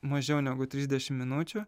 mažiau negu trisdešim minučių